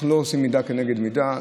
אנחנו לא עושים מידה כנגד מידה.